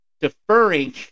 deferring